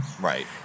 Right